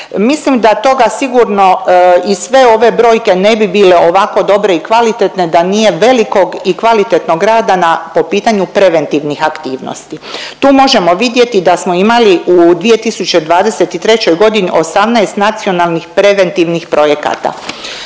Mislim da toga sigurno i sve ove brojke ne bi bile ovako dobre i kvalitetne da nije velikog i kvalitetnog rada na po pitanju preventivnih aktivnosti. Tu možemo vidjeti da smo imali u 2023. godini 18 nacionalnih preventivnih projekata.